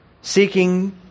seeking